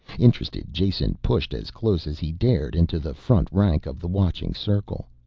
interested, jason pushed as close as he dared, into the front rank of the watching circle.